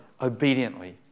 obediently